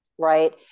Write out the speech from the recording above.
right